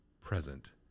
present